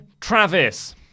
Travis